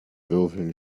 würfeln